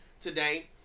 today